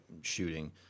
shooting